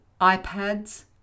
iPads